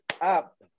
up